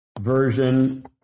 version